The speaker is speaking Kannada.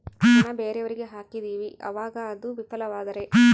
ಹಣ ಬೇರೆಯವರಿಗೆ ಹಾಕಿದಿವಿ ಅವಾಗ ಅದು ವಿಫಲವಾದರೆ?